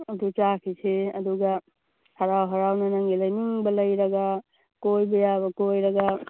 ꯑꯗꯨ ꯆꯥꯈꯤꯁꯤ ꯑꯗꯨꯒ ꯍꯔꯥꯎ ꯍꯔꯥꯎꯅ ꯅꯪꯒꯤ ꯂꯩꯅꯤꯡꯕ ꯂꯩꯔꯒ ꯀꯣꯏꯕ ꯌꯥꯕ ꯀꯣꯏꯔꯒ